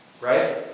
Right